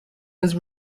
was